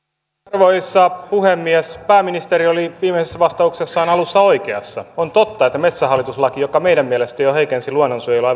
arvoisa puhemies pääministeri oli viimeisessä vastauksessaan alussa oikeassa on totta että metsähallitus laissa joka meidän mielestämme jo heikensi luonnonsuojelua